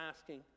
asking